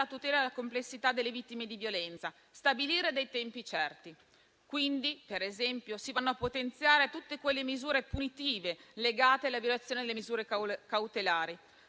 tutela della complessità delle vittime di violenza e stabilire tempi certi. Ad esempio, si vanno a potenziare tutte le misure punitive legate alla violazione di quelle cautelari.